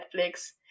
Netflix